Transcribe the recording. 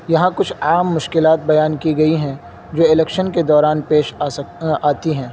یہاں کچھ عام مشکلات بیان کی گئی ہیں جو الیکشن کے دوران پیش آتی ہیں